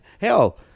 hell